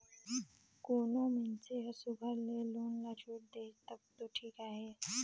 कोनो मइनसे हर सुग्घर ले लोन ल छुइट देहिस तब दो ठीक अहे